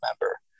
remember